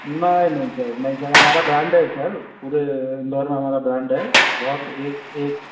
नहीं नहीं सर नहीं सर हमारा ब्रांड है सर पूरे इंदौर में हमारा ब्रांड है बहुत एक एक